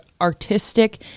artistic